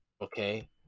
okay